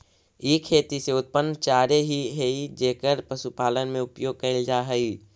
ई खेती से उत्पन्न चारे ही हई जेकर पशुपालन में उपयोग कैल जा हई